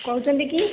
କହୁଛନ୍ତି କି